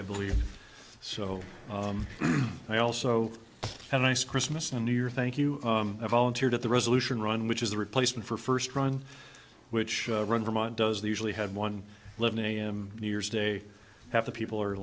i believe so i also had a nice christmas and new year thank you i volunteered at the resolution run which is the replacement for first run which run vermont does the usually have one eleven am new years day half the people are